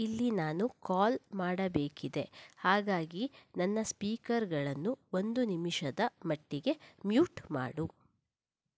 ಇಲ್ಲಿ ನಾನು ಕಾಲ್ ಮಾಡಬೇಕಿದೆ ಹಾಗಾಗಿ ನನ್ನ ಸ್ಪೀಕರ್ಗಳನ್ನು ಒಂದು ನಿಮಿಷದ ಮಟ್ಟಿಗೆ ಮ್ಯೂಟ್ ಮಾಡು